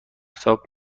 تاپ